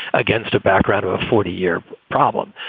against a background of a forty year problem.